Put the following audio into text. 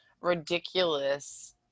ridiculous